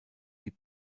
die